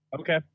Okay